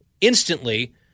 instantly